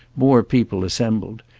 more people assembled,